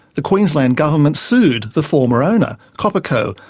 the queensland government sued the former owner, cooperco,